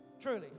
truly